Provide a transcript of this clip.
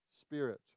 spirit